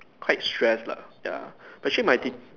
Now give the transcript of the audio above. quite stress lah ya but actually my teach